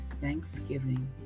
thanksgiving